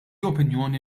opinjoni